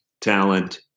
talent